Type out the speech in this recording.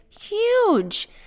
huge